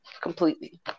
completely